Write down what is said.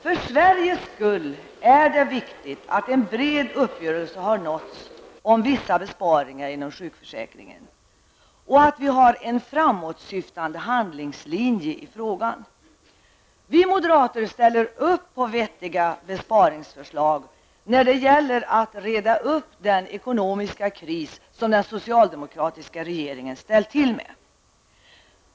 För Sveriges skull är det viktigt att en bred uppgörelse har nåtts om vissa besparingar inom sjukförsäkringen och att vi har en framåtsyftande handlingslinje i frågan. Vi moderater ställer oss bakom vettiga besparingsförslag när det gäller att reda upp den ekonomiska kris som den socialdemokratiska regeringen har ställt till med.